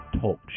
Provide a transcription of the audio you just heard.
Talk